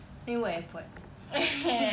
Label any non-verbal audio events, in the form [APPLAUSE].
then you work at airport [LAUGHS]